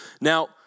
Now